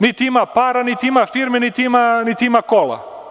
Niti ima para, niti ima firme, niti ima kola.